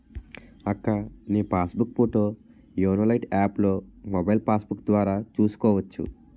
అక్కా నీ passbook photo YONO lite యాప్లో మొబైల్ పాస్బుక్కు ద్వారా చూసుకోవచ్చు